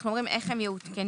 אנחנו אומרים איך הן יעודכנו,